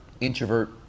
introvert